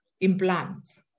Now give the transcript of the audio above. implants